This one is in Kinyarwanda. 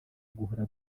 guhora